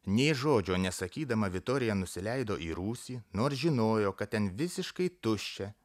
nė žodžio nesakydama vitorija nusileido į rūsį nors žinojo kad ten visiškai tuščia